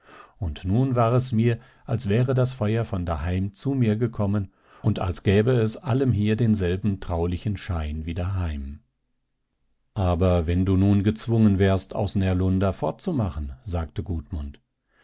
und nun war es mir als wäre das feuer von daheim zu mir gekommen und als gäbe es allem hier denselben traulichen schein wie daheim aber wenn du nun gezwungen wärest aus närlunda fortzumachen sagte